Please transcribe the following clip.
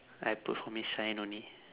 I put for me shine only